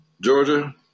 Georgia